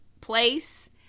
place